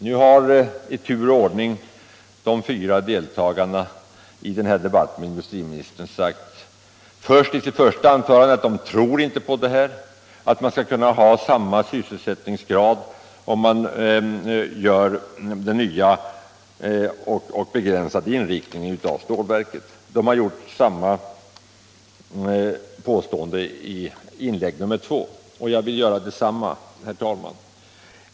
Nu har i tur och ordning de fyra deltagarna i den här debatten med industriministern sagt i sina första anföranden att de inte tror att man skall kunna ha samma sysselsättningsgrad med den nya och begränsade inriktningen av stålverket. De har gjort samma påstående i följande inlägg, och jag vill göra detsamma, herr talman.